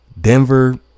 Denver